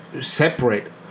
separate